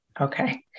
Okay